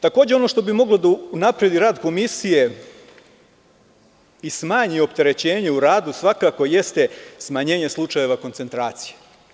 Takođe, ono što bi moglo da unapredi rad komisije i smanji opterećenje u radu svakako jeste smanjenje slučajeva koncentracije.